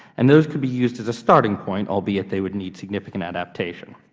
and those could be used as a starting point, albeit they would need significant adaptation.